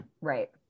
Right